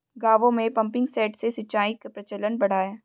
गाँवों में pumping set से सिंचाई का प्रचलन बढ़ा है